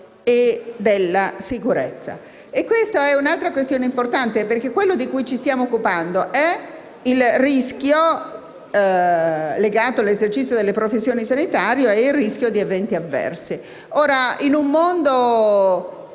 Questa è un'altra questione importante, perché ciò di cui ci stiamo occupando è il rischio legato all'esercizio delle professioni sanitarie e il rischio di eventi avversi. In un mondo